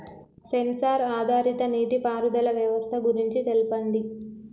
Censor ఆధారిత నీటిపారుదల వ్యవస్థ గురించి తెల్పండి?